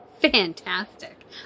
fantastic